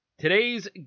Today's